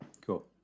Cool